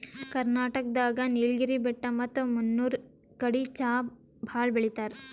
ಕರ್ನಾಟಕ್ ದಾಗ್ ನೀಲ್ಗಿರಿ ಬೆಟ್ಟ ಮತ್ತ್ ಮುನ್ನೂರ್ ಕಡಿ ಚಾ ಭಾಳ್ ಬೆಳಿತಾರ್